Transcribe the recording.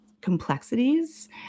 complexities